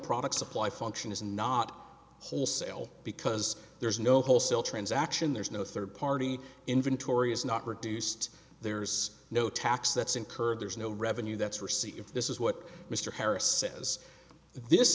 products supply function is not wholesale because there's no wholesale transaction there's no third party inventory is not reduced there's no tax that's incurred there's no revenue that's receipt if this is what mr harris says this